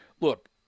Look